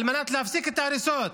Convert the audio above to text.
על מנת להפסיק את ההריסות,